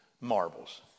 marbles